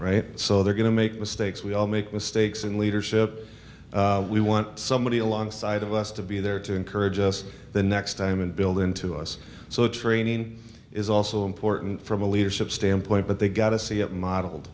right so they're going to make mistakes we all make mistakes in leadership we want somebody alongside of us to be there to encourage us the next time and build into us so training is also important from a leadership standpoint but they got to see it model